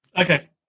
okay